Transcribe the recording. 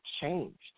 changed